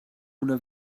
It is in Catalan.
una